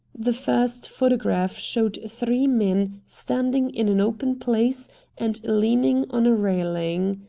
the first photograph showed three men standing in an open place and leaning on a railing.